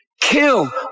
kill